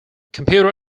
computer